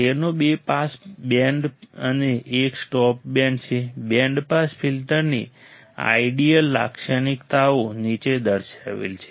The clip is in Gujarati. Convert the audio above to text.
તેમાં બે પાસ બેન્ડ અને એક સ્ટોપ બેન્ડ છે બેન્ડ પાસ ફિલ્ટરની આઇડીઅલ લાક્ષણિકતાઓ નીચે દર્શાવેલ છે